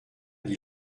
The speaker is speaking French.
dit